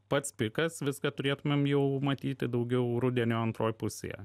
pats pikas viską turėtumėm jau matyti daugiau rudenio antroj pusėje